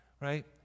right